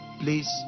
please